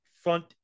front